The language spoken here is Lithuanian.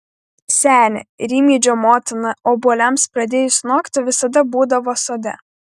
senė rimydžio motina obuoliams pradėjus nokti visada būdavo sode